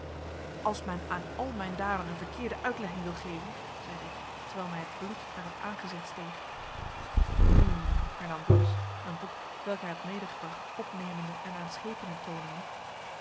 als men aan al mijn daden een verkeerde uitlegging wil geven zeide ik terwijl mij het bloed naar t aangezicht steeg hm hernam doedes een boek t welk hij had medegebracht opnemende en aan schepenen toonende